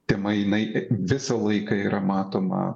tema jinai visą laiką yra matoma